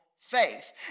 Faith